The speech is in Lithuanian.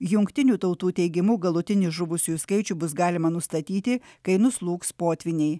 jungtinių tautų teigimu galutinį žuvusiųjų skaičių bus galima nustatyti kai nuslūgs potvyniai